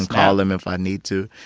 and call him if i need to.